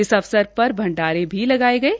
इस अवसर पर भंडारे भी लगाये गये